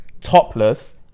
topless